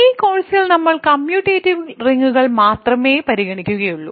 ഈ കോഴ്സിൽ നമ്മൾ കമ്മ്യൂട്ടേറ്റീവ് റിങ്ങുകൾ മാത്രമേ പരിഗണിക്കുകയുള്ളൂ